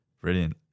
Brilliant